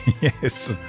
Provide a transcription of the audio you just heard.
Yes